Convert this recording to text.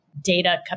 data